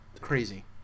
Crazy